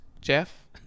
Jeff